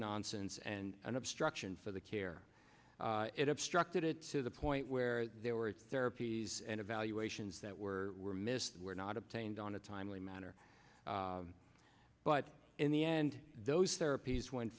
nonsense and an obstruction for the care it obstructed it to the point where there were therapies and evaluations that were missed were not obtained on a timely manner but in the end those therapies went